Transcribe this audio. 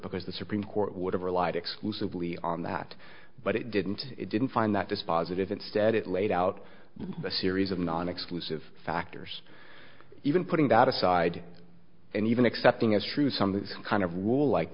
because the supreme court would have relied exclusively on that but it didn't it didn't find that dispositive instead it laid out a series of non exclusive factors even putting that aside and even accepting as true some kind of rule like